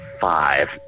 five